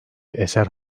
eser